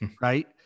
Right